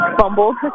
fumbled